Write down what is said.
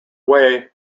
way